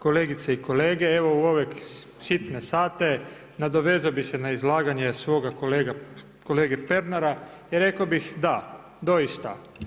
Kolegice i kolege, evo u ove sitne sate nadovezao bih se na izlaganje svoga kolege Pernara i rekao bih da, doista.